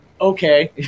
Okay